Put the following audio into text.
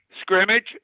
scrimmage